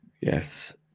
Yes